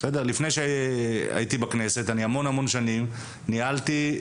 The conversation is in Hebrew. לפני הגעתי לכנסת ניהלתי,